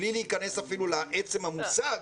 בלי להיכנס אפילו לעצם המושג,